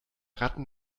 ratten